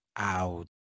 out